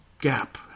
gap